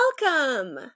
Welcome